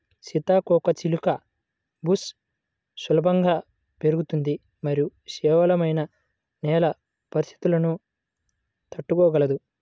సీతాకోకచిలుక బుష్ సులభంగా పెరుగుతుంది మరియు పేలవమైన నేల పరిస్థితులను తట్టుకోగలదు